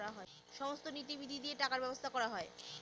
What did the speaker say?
সমস্ত নীতি নিধি দিয়ে টাকার ব্যবসা করা হয়